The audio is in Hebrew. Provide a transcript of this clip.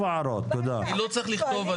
אני לא צריך לכתוב.